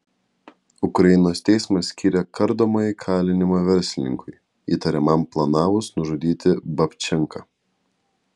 ukrainos teismas skyrė kardomąjį kalinimą verslininkui įtariamam planavus nužudyti babčenką